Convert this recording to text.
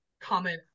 comment